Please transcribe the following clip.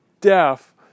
deaf